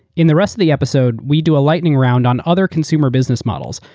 in the rest of the episode, we do a lightning round on other consumer business models.